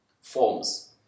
forms